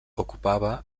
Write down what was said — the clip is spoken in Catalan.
ocupava